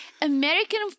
American